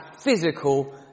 physical